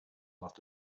must